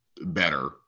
better